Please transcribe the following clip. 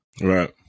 Right